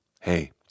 Hey